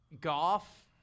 golf